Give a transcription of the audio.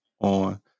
on